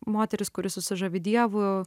moteris kuri susižavi dievu